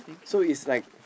so is like